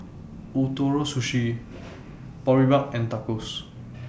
Ootoro Sushi Boribap and Tacos